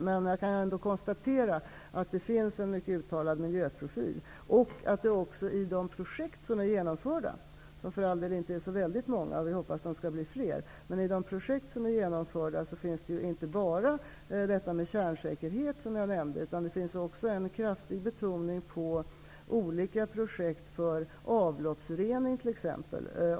Men jag kan ändå konstatera att det finns en mycket uttalad miljöprofil och att det också i de projekt som är genomförda, som för all del inte är så många -- vi hoppas att de skall bli fler -- inte bara ingår kärnsäkerhet utan att det också finns en kraftig betoning på olika projekt för t.ex. avloppsrening.